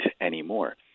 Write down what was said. anymore